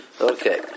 Okay